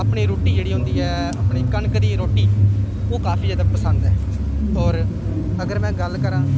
अपनी रुट्टी जेह्ड़ी होंदी ऐ अपनी कनक दी रुट्टी ओह् काफी जैदा पसंद ऐ होर अगर में गल्ल करां